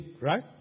right